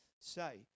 say